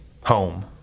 home